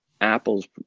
Apple's